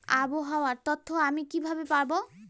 আবহাওয়ার তথ্য আমি কিভাবে পাবো?